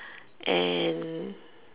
and